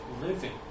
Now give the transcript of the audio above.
living